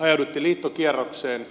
ajauduttiin liittokierrokseen